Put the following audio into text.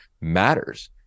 matters